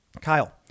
Kyle